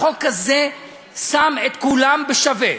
החוק הזה שם את כולם בשווה.